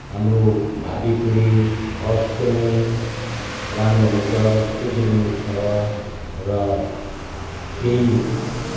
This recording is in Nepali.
हाम्रो भावी पिँढी अवश्य नै राम्रो हुनेछ सुध्रिने छ र केही